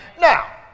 Now